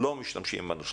לא משתמשים בנוסחה.